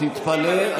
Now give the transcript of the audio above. תתפלא,